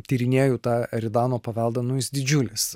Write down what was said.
tyrinėju tą eridano paveldą nu jis didžiulis